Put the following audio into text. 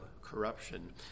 corruption